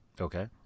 Okay